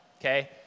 Okay